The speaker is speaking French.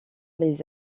les